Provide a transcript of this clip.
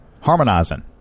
harmonizing